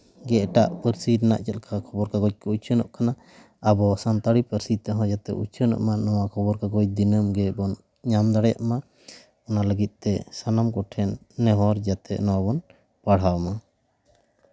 ᱜᱮ ᱮᱴᱟᱜ ᱯᱟᱹᱨᱥᱤ ᱨᱮᱱᱟᱜ ᱡᱮᱞᱮᱠᱟ ᱠᱷᱚᱵᱚᱨ ᱠᱟᱜᱚᱡᱽ ᱠᱚ ᱩᱪᱷᱟᱹᱱᱚᱜ ᱠᱟᱱᱟ ᱟᱵᱚ ᱥᱟᱱᱛᱟᱲᱤ ᱯᱟᱹᱨᱥᱤ ᱛᱮᱦᱚᱸ ᱡᱟᱛᱮ ᱩᱪᱷᱟᱹᱱᱚᱜ ᱢᱟ ᱱᱚᱣᱟ ᱠᱷᱚᱵᱚᱨ ᱠᱟᱜᱚᱡᱽ ᱫᱤᱱᱟᱹᱢ ᱜᱮᱵᱚᱱ ᱧᱟᱢ ᱫᱟᱲᱮᱭᱟᱜ ᱢᱟ ᱚᱱᱟ ᱞᱟᱹᱜᱤᱫ ᱛᱮ ᱥᱟᱱᱟᱢ ᱠᱚᱴᱷᱮᱱ ᱱᱮᱦᱚᱨ ᱡᱟᱛᱮ ᱱᱚᱣᱟᱵᱚᱱ ᱯᱟᱲᱦᱟᱣ ᱢᱟ